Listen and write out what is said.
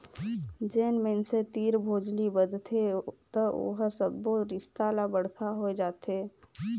जेन मइनसे तीर भोजली बदथे त ओहर सब्बो रिस्ता ले बड़का होए जाथे